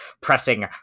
pressing